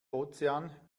ozean